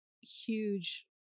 huge